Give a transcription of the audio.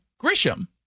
Grisham